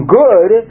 good